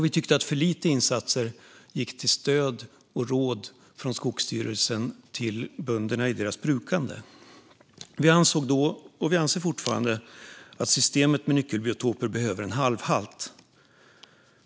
Vi tyckte att Skogsstyrelsens insatser som gick till att ge stöd och råd till bönderna i deras brukande var för små. Vi ansåg då och anser fortfarande att systemet med nyckelbiotoper behöver en halvhalt.